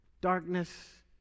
darkness